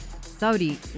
Saudi